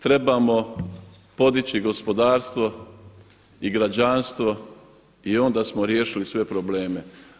Trebamo podići gospodarstvo i građanstvo i onda smo riješili sve probleme.